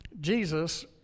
Jesus